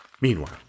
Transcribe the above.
Meanwhile